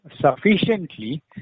sufficiently